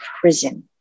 prison